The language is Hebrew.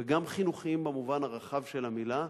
וגם חינוכיים במובן הרחב של המלה,